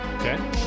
Okay